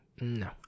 No